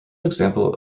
example